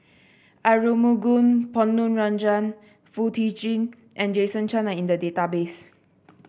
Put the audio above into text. Aarumugam Ponnu Rajah Foo Tee Jun and Jason Chan are in the database